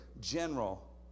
general